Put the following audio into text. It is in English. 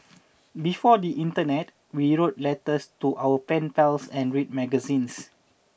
before the internet we wrote letters to our pen pals and read magazines